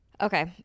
Okay